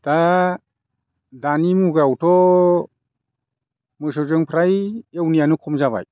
दा दानि मुगायावथ' मोसौजों फ्राय एवनायानो खम जाबाय